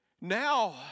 Now